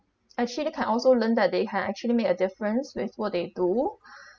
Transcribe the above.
actually they can also learn that they had actually made a difference with what they do